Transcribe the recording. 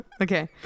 Okay